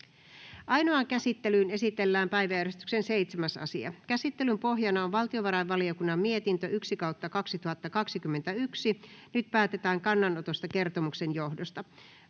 Ainoaan käsittelyyn esitellään päiväjärjestyksen 7. asia. Käsittelyn pohjana on valtiovarainvaliokunnan mietintö VaVM 1/2021 vp. Nyt päätetään kannanotosta kertomuksen johdosta.